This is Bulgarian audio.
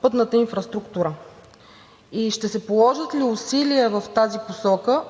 пътната инфраструктура? Ще се положат ли усилия в тази посока